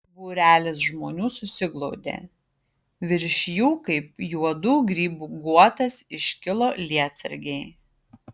būrelis žmonių susiglaudė virš jų kaip juodų grybų guotas iškilo lietsargiai